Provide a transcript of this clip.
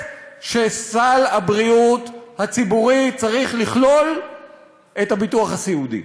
שסל הבריאות הציבורי צריך לכלול את הביטוח הסיעודי.